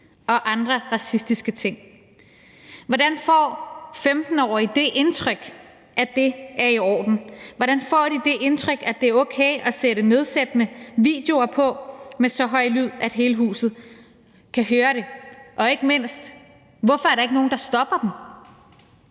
og andre racistiske ting. Hvordan får 15-årige det indtryk, at det er i orden? Hvordan får de det indtryk, at det er okay at sætte nedsættende videoer på med så høj lyd, at hele huset kan høre det, og ikke mindst: Hvorfor er der ikke nogen, der stopper dem?